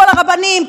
כל הרבנים,